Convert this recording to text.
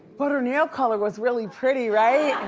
but her nail color was really pretty, right?